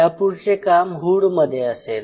यापुढचे काम हुड मध्ये असेल